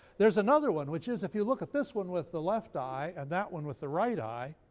there's another one, which is if you look at this one with the left eye and that one with the right eye,